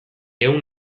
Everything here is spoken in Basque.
ehun